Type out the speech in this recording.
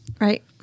Right